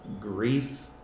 grief